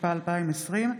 התשפ"א 2020,